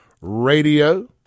Radio